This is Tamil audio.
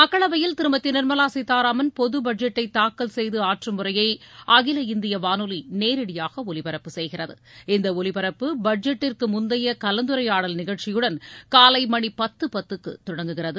மக்களவையில் திருமதி நிர்மலா சீதாராமன் பொது பட்ஜெட்டை தாக்கல் செய்து ஆற்றும் உரையை அகில இந்திய வானொலி நேரடியாக ஒலிபரப்பு செய்கிறது இந்த ஒலிபரப்பு பட்ஜெட்டுக்கு முந்தைய கலந்துரையாடல் நிகழ்ச்சியுடன் காலை மணி பத்து பத்துக்கு தொடங்குகிறது